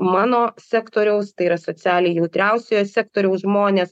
mano sektoriaus tai yra socialiai jautriausiojo sektoriaus žmonės